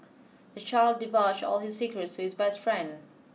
the child divulged all his secrets to his best friend